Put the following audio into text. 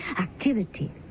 activity